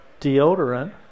Deodorant